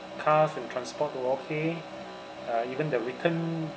cars and transport were okay uh even the return